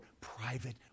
private